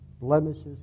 blemishes